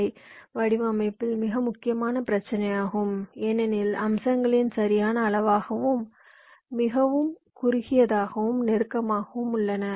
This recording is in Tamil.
ஐ வடிவமைப்பில் மிக முக்கியமான பிரச்சினையாகும் ஏனெனில் அம்சங்களின் சரியான அளவாகவும் மிகவும் குறுகியதாகவும் நெருக்கமாகவும் உள்ளன